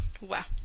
Wow